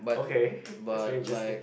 okay this is very interesting